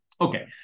Okay